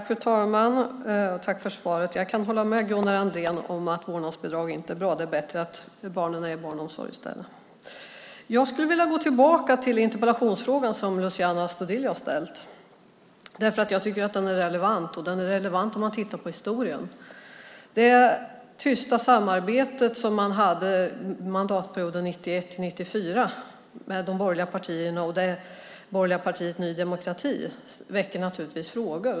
Fru talman! Jag tackar för svaret. Jag kan hålla med Gunnar Andrén om att vårdnadsbidrag inte är bra. Det är bättre att barnen är i barnomsorg. Jag skulle vilja gå tillbaka till den interpellation som Luciano Astudillo har ställt därför att jag tycker att den är relevant om man tittar på historien. Det tysta samarbete som de borgerliga partierna hade 1991-1994 med det borgerliga partiet Ny demokrati väcker naturligtvis frågor.